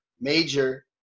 major